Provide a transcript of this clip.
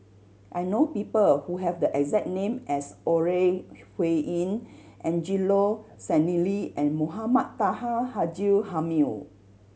I know people who have the exact name as Ore Huiying Angelo Sanelli and Mohamed Taha Haji Jamil